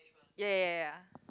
ya ya ya ya